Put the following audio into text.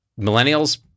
Millennials